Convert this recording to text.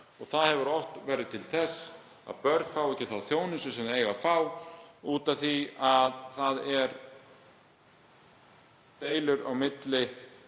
Það hefur oft orðið til þess að börn fá ekki þá þjónustu sem þau eiga að fá út af því að deilur eru á milli